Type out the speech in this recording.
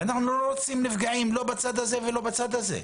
ואנחנו לא רוצים נפגעים, לא בצד הזה ולא בצד הזה,